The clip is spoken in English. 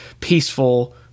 peaceful